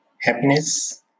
Happiness